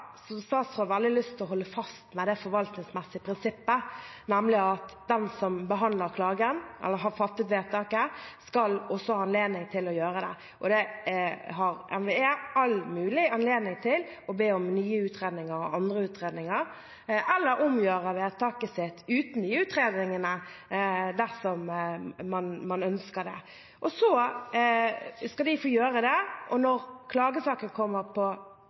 lyst til å holde fast ved det forvaltningsmessige prinsippet at den som behandler klagen, eller har fattet vedtaket, også skal ha anledning til å gjøre det. Og NVE har all mulig anledning til å be om nye utredninger og andre utredninger, eller til å omgjøre vedtaket sitt uten de utredningene, dersom man ønsker det. Så skal de få gjøre det, og når klagesaken kommer på